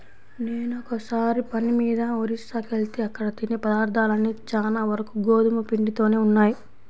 నేనొకసారి పని మీద ఒరిస్సాకెళ్తే అక్కడ తినే పదార్థాలన్నీ చానా వరకు గోధుమ పిండితోనే ఉన్నయ్